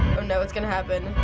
oh no, what's gonna happen?